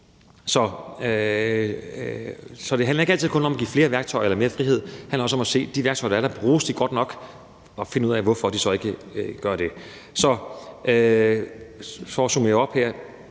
Det handler ikke altid kun om at give flere værktøjer eller mere frihed. Det handler også om at se på, om de værktøjer, der er der, bruges godt nok, og finde ud af, hvorfor de så ikke gør det. Så for at summere op vil